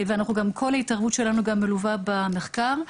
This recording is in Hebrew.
כל התערבות שלנו מלווה במחקר.